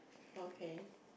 okay